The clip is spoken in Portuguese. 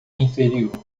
inferior